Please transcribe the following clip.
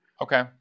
okay